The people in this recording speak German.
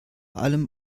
allem